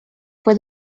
fue